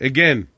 Again